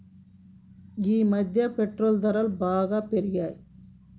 ఈమధ్య పెట్రోల్ ధరలు బాగా పెరిగాయి